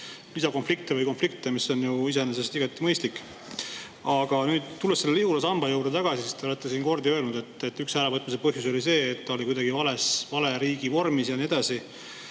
See on ju iseenesest igati mõistlik. Aga tulen selle Lihula samba juurde tagasi. Te olete siin kordi öelnud, et üks äravõtmise põhjusi oli see, et seal oli kuidagi vale riigi vorm ja nii edasi.